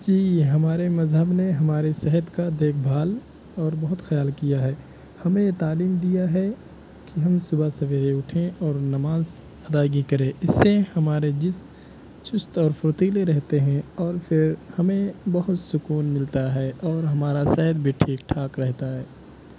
جی ہمارے مذہب نے ہماری صحت کا دیکھ بھال اور بہت خیال کیا ہے ہمیں یہ تعلیم دیا ہے کہ ہم صبح سویرے اٹھیں اور نماز ادائیگی کریں اس سے ہمارے جسم چست اور پھرتیلے رہتے ہیں اور پھر ہمیں بہت سکون ملتا ہے اور ہمارا صحت بھی ٹھیک ٹھاک رہتا ہے